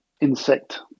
insect